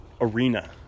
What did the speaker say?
arena